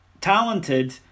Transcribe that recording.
talented